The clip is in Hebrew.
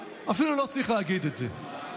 אפילו לא צריך להגיד את זה.